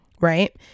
right